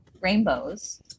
Rainbows